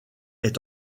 est